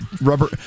Rubber